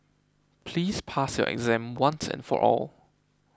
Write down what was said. please pass your exam once and for all